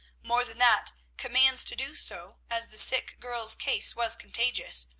more than that, commands to do so, as the sick girl's case was contagious,